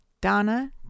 donna